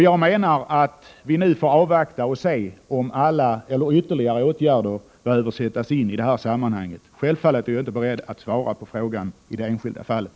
Jag menar att vi nu får avvakta och se om ytterligare åtgärder behöver sättas in i sammanhanget. Och som jag sade, är jag inte beredd att svara på frågan i det enskilda fallet.